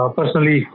Personally